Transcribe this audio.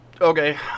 Okay